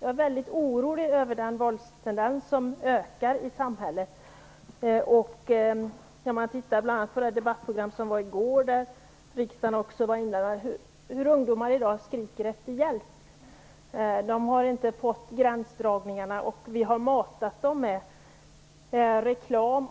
Jag är väldigt orolig över den ökade våldstendensen i samhället. Bl.a. det debattprogram som visades i går, där riksdagen också deltog, visade hur ungdomar i dag skriker efter hjälp. De har inte fått gränser, och vi har matat dem med reklam,